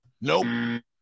Nope